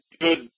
good